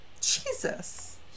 Jesus